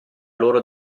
loro